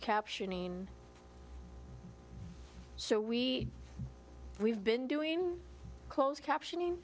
captioning so we we've been doing closed caption